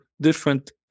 different